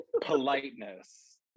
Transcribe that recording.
politeness